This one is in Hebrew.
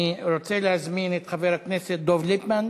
אני רוצה להזמין את חבר הכנסת דב ליפמן,